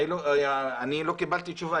אני לא קיבלתי תשובה,